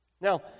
Now